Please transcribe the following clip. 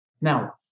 Now